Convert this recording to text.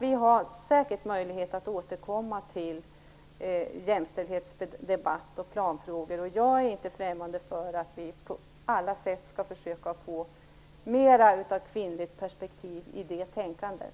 Vi får säkert möjlighet att återkomma till jämställdhetsdebatt och planfrågor. Jag är inte främmande för att vi på alla sätt skall försöka få mera av kvinnligt perspektiv i det tänkandet.